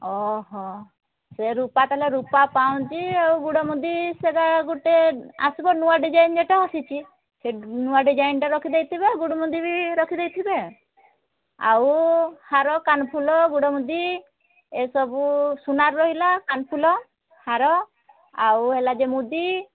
ଓହୋ ସେ ରୂପା ତାହେଲେ ରୂପା ପାଉଁଜି ଆଉ ଗୋଡ଼ ମୁଦି ସେଇଟା ଗୋଟେ ଆସିବ ନୂଆ ଡିଜାଇନ ଯେଉଁଟା ଆସିଛି ସେ ନୂଆ ଡିଜାଇନଟା ରଖି ଦେଇଥିବେ ଗୋଡ଼ ମୁଦି ବି ରଖି ଦେଇଥିବେ ଆଉ ହାର କାନ ଫୁଲ ଗୋଡ଼ ମୁଦି ଏସବୁ ସୁନାର ରହିଲା କାନଫୁଲ ହାର ଆଉ ହେଲା ଯେ ମୁଦି